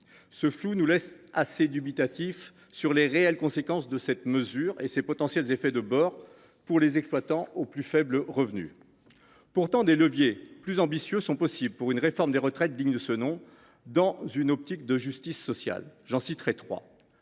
Ce flou nous laisse assez dubitatifs sur les réelles conséquences de cette mesure et sur ses potentiels effets de bord pour les exploitants aux plus faibles revenus. Pourtant, des leviers plus ambitieux sont possibles pour une réforme des retraites digne de ce nom, dans une optique de justice sociale. J’en citerai trois